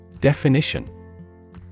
Definition